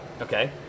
okay